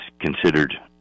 considered